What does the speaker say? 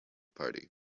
party